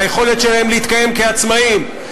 ליכולת שלהם להתקיים כעצמאים.